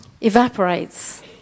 Evaporates